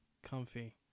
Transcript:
Comfy